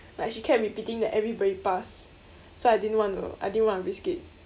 like she kept repeating that everybody passed so I didn't want to I didn't want to risk it